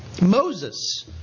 Moses